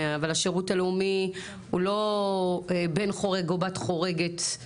אבל השירות הלאומי הוא לא בן חורג או